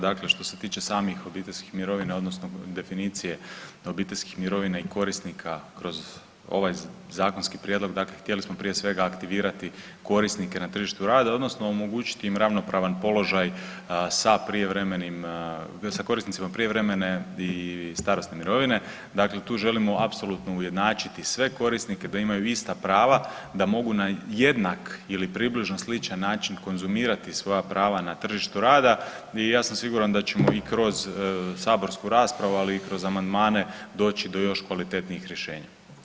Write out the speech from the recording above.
Dakle, što se tiče samih obiteljskih mirovina odnosno definicije obiteljskih mirovina i korisnika kroz ovaj zakonski prijedlog, dakle htjeli smo prije svega aktivirati korisnike na tržištu rada odnosno omogućiti im ravnopravan položaj sa korisnicima prijevremene i starosne mirovine, dakle tu želimo apsolutno ujednačiti sve korisnike da imaju ista prava da mogu na jednak ili približno sličan način konzumirati svoja prava na tržištu rada i ja sam siguran da ćemo i kroz saborsku raspravu, ali i kroz amandmane doći do još kvalitetnijih rješenja.